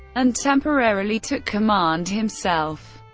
and temporarily took command himself.